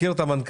מכיר את המנכ"ל,